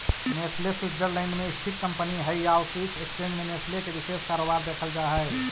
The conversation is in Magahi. नेस्ले स्वीटजरलैंड में स्थित कंपनी हइ आउ स्विस एक्सचेंज में नेस्ले के विशेष कारोबार देखल जा हइ